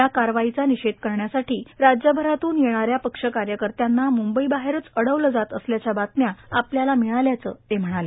या कारवाईचा निषेध करण्यासाठी राज्यभरातून येणाऱ्या पक्ष कार्यकर्त्यांना मुंबई बाहेरच अडवलं जात असल्याच्या बातम्या आपल्याला मिळाल्याचं ते म्हणाले